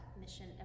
mission